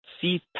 see